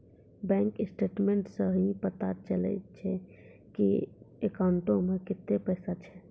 bank statements सं ही पता चलै छै की अकाउंटो मे कतै पैसा छै